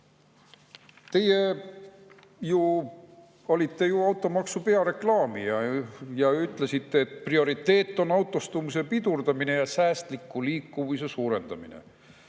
Teie olite ju automaksu peareklaamija ja ütlesite, et prioriteet on autostumise pidurdamine ja säästliku liikuvuse suurendamine.